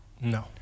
no